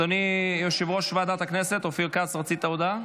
אדוני יושב-ראש ועדת הכנסת אופיר כץ, רצית הודעה?